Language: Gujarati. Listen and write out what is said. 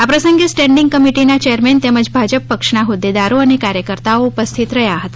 આ પ્રસંગે સ્ટેન્ડિંગ કમિટી ના ચેરમેન તેમજ ભાજપ પક્ષ ના હોદેદારો અને કાર્યકર્તાઓ ઉપસ્થિત રહ્યા હતા